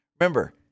Remember